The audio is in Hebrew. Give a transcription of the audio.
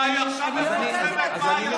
זה לא קשור לחוק, ואני מבקש לסיים את דברייך.